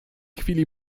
chwili